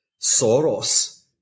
soros